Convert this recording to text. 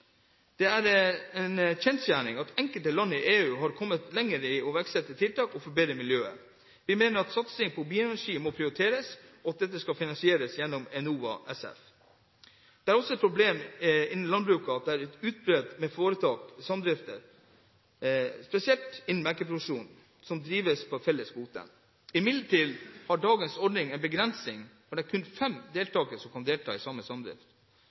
Det er en kjensgjerning at enkelte land i EU har kommet lenger i å iverksette tiltak for å forbedre miljøet. Vi mener at satsing på bioenergi må prioriteres, og at dette skal finansieres gjennom ENOVA SF. Det er også et problem innen landbruket at det er utbredt med foretak/samdrifter, spesielt innen melkeproduksjon som drives på felles kvote. Imidlertid har dagens ordning en begrensning hvor det kun er fem deltakere som kan delta i samme samdrift.